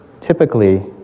typically